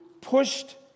pushed